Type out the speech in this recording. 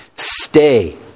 Stay